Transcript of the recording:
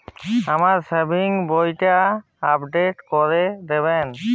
আমার সেভিংস বইটা আপডেট করে দেবেন?